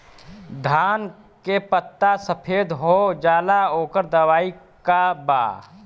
धान के पत्ता सफेद हो जाला ओकर दवाई का बा?